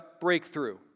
breakthrough